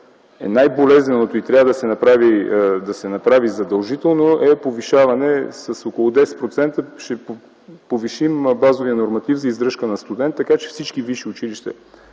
най-болезнено и трябва да се направи задължително, е повишаване с около 10% базовия норматив за издръжка на студенти. Така, че всички висши училища